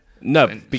No